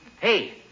Hey